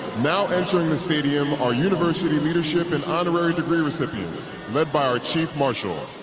now entering the stadium, our university leadership and honorary degree recipients led by our chief marshal.